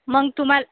मग तुम्हा